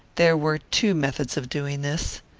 there were two methods of doing this.